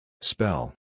Spell